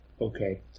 okay